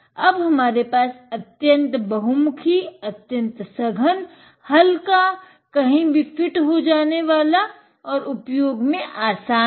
अब हमारे पास अत्यंत बहुमुखी अत्यन्त सघन हल्का कहीं भी फिट हो जाने वाला और उपयोग में आसान है